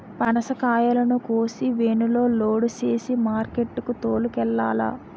పనసకాయలను కోసి వేనులో లోడు సేసి మార్కెట్ కి తోలుకెల్లాల